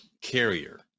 carrier